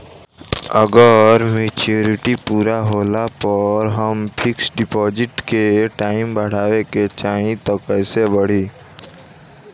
अगर मेचूरिटि पूरा होला पर हम फिक्स डिपॉज़िट के टाइम बढ़ावे के चाहिए त कैसे बढ़ी?